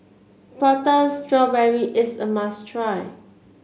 Prata Strawberry is a must try